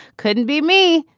couldn't be me.